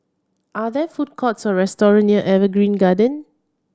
are there food courts or restaurant near Evergreen Garden